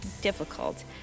difficult